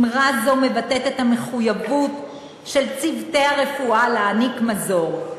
אמרה זו מבטאת את המחויבות של צוותי הרפואה להעניק מזור.